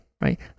right